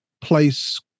place